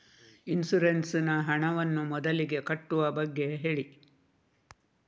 insurance ನ ಹಣವನ್ನು ಮೊದಲಿಗೆ ಕಟ್ಟುವ ಬಗ್ಗೆ ಹೇಳಿ